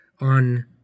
on